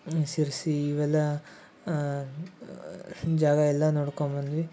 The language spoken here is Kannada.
ಸಿರ್ಸಿ ಇವೆಲ್ಲ ಜಾಗ ಎಲ್ಲ ನೋಡ್ಕೊಂಡ್ಬಂದ್ವಿ